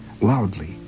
loudly